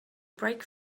brake